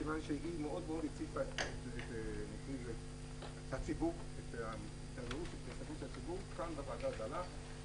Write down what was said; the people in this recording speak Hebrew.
מכיוון שהיא הציפה את הציבור --- כאן בוועדה זה עלה,